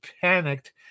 panicked